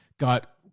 Got